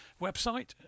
website